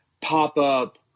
pop-up